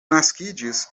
naskiĝis